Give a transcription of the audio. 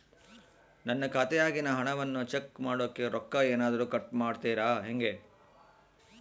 ನನ್ನ ಖಾತೆಯಾಗಿನ ಹಣವನ್ನು ಚೆಕ್ ಮಾಡೋಕೆ ರೊಕ್ಕ ಏನಾದರೂ ಕಟ್ ಮಾಡುತ್ತೇರಾ ಹೆಂಗೆ?